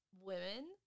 Women